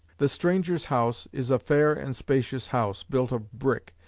the strangers' house is a fair and spacious house, built of brick,